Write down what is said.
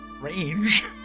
Range